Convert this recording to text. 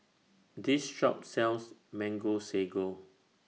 This Shop sells Mango Sago